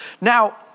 Now